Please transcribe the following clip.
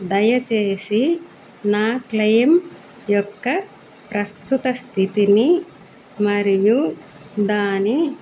దయచేసి నా క్లెయిమ్ యొక్క ప్రస్తుత స్థితిని మరియు దాని